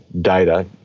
data